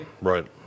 right